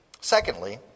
Secondly